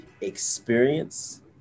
experience